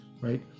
right